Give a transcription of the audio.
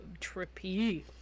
trippy